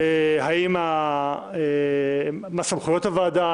מה סמכויות הוועדה,